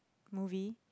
movie